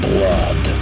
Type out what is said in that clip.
Blood